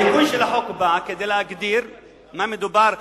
התיקון של החוק בא להגדיר על מה מדובר,